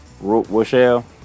Rochelle